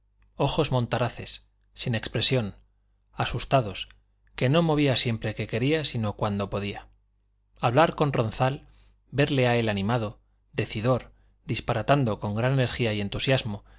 ojos montaraces sin expresión asustados que no movía siempre que quería sino cuando podía hablar con ronzal verle a él animado decidor disparatando con gran energía y entusiasmo